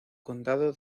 condado